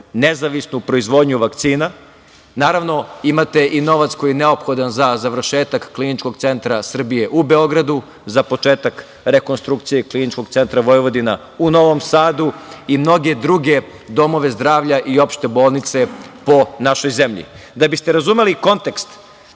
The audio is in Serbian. nezavisnu proizvodnju vakcina. Naravno, imate i novac koji je neophodan za završetak Kliničkog centra Srbije u Beogradu, za početak rekonstrukcije Kliničkog centra Vojvodina u Novom Sadu i mnoge druge domove zdravlja i opšte bolnice po našoj zemlji. Da biste razumeli kontekst